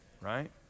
Right